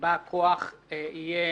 בא הכוח יהיה